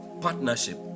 partnership